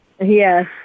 Yes